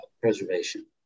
preservation